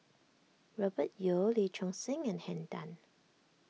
Robert Yeo Lee Choon Seng and Henn Tan